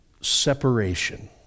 separation